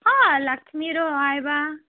ହଁ ଲଖ୍ମୀର ଆଇବା